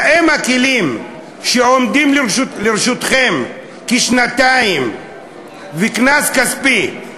האם הכלים שעומדים לרשותכם, שנתיים וקנס כספי,